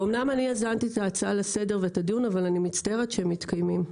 אומנם אני יזמתי את ההצעה לסדר ואת הדיון אבל אני מצטערת שהם מתקיימים,